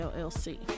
LLC